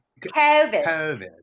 COVID